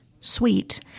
sweet